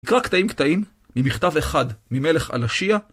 נקרא קטעים-קטעים ממכתב אחד ממלך על השיאה